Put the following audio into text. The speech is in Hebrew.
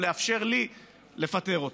או לאפשר לי לפטר אותו.